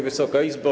Wysoka Izbo!